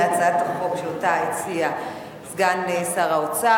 להצעת החוק שהציע סגן שר האוצר,